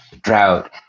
drought